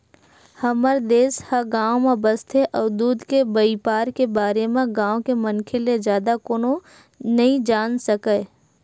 हमर देस ह गाँव म बसथे अउ दूद के बइपार के बारे म गाँव के मनखे ले जादा कोनो नइ जान सकय